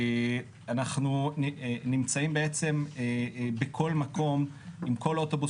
אנחנו נמצאים בכל מקום עם כל אוטובוס